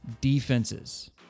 defenses